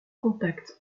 contacts